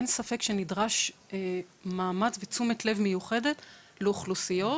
אין ספק שנדרש מאמץ ותשומת לב מיוחדת לאוכלוסיות